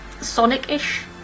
Sonic-ish